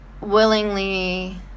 willingly